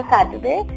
Saturday